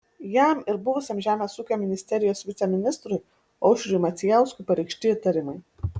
jam ir buvusiam žemės ūkio ministerijos viceministrui aušriui macijauskui pareikšti įtarimai